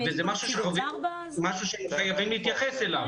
זה משהו שחייבים להתייחס אליו.